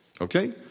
Okay